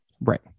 right